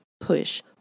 PUSH